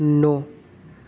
नौ